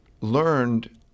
learned